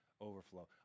overflow